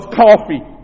coffee